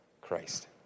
Christ